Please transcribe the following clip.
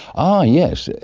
ah yes,